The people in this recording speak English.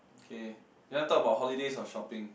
K you want talk about holidays or shopping